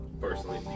personally